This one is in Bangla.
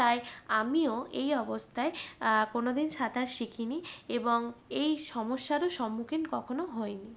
তাই আমিও এই অবস্থায় কোনোদিন সাঁতার শিখি নি এবং এই সমস্যারও সম্মুখীন কখনো হই নি